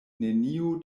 neniu